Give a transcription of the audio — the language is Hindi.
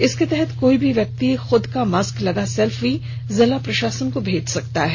इसके तहत कोई भी व्यक्ति खुद का मास्क लगा सेल्फी जिला प्रशासन को भेज सकते हैं